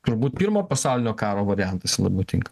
turbūt pirmo pasaulinio karo variantas labai tinka